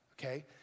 Okay